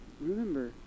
Remember